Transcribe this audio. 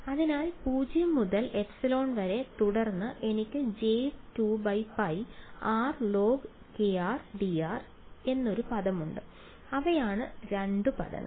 അതിനാൽ 0 മുതൽ ε വരെയും തുടർന്ന് എനിക്ക് j2π r log dr എന്നൊരു പദമുണ്ട് അവയാണ് രണ്ട് പദങ്ങൾ